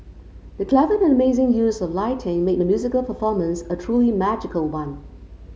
the clever and amazing use of lighting made the musical performance a truly magical one